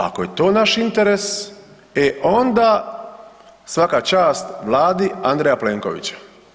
Ako je to naš interes, e onda svaka čast Vladi Andreja Plenkovića.